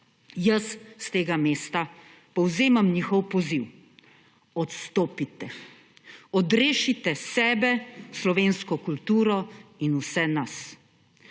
Jaz s tega mesta povzemam njihov poziv: odstopite! Odrešite sebe, slovensko kulturo in vse nas.